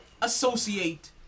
associate